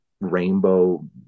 rainbow